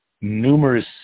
numerous